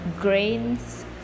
grains